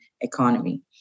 economy